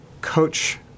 coach